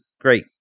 Great